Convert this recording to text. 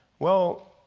well,